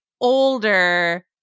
older